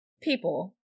People